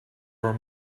were